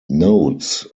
nodes